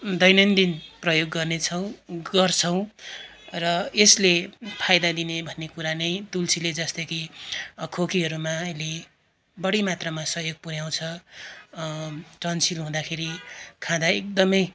दैनन्दिन प्रयोग गर्नेछौँ गर्छौँ र यसले फाइदा दिने भन्ने कुरा नै तुलसीले जस्तै कि खोकीहरूमा यसले बढी मात्रामा सहयोग पुऱ्याउँछ टन्सिल हुँदाखेरि खाँदा एकदमै